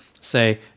Say